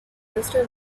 crystal